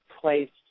placed